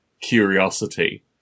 curiosity